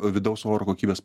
vidaus oro kokybės